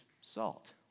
salt